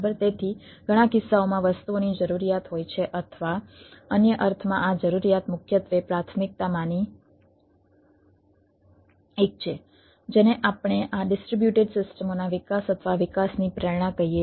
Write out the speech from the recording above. તેથી ઘણા કિસ્સાઓમાં વસ્તુઓની જરૂરિયાત હોય છે અથવા અન્ય અર્થમાં આ જરૂરિયાત મુખ્યત્વે પ્રાથમિકમાંની એક છે જેને આપણે આ ડિસ્ટ્રિબ્યુટેડ સિસ્ટમોના વિકાસ અથવા વિકાસની પ્રેરણા કહીએ છીએ